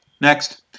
Next